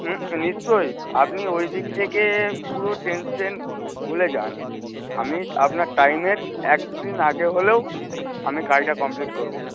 হুম নিশ্চয়ই আপনি ওইদিক থেকে পুরো টেনশন ভুলে যান আমি আপনার টাইমের একদিন আগে হলেও আমি কাজটা কমপ্লিট করব